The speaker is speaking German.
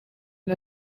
den